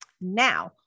Now